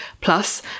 Plus